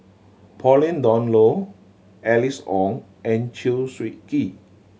Pauline Dawn Loh Alice Ong and Chew Swee Kee